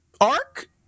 Ark